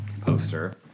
poster